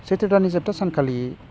सैत्र दाननि जोबथा सानखालि